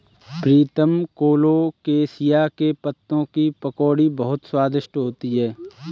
प्रीतम colocasia के पत्तों की पकौड़ी बहुत स्वादिष्ट होती है